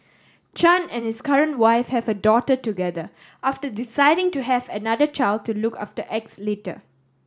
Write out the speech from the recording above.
Chan and his current wife have a daughter together after deciding to have another child to look after X later